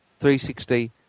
360